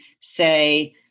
say